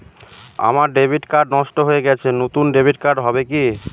আমার debit card নষ্ট হয়ে গেছে নূতন ডেবিট কার্ড হবে কি?